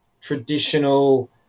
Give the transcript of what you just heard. traditional